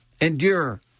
Endure